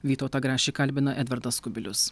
vytautą grašį kalbina edvardas kubilius